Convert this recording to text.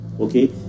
okay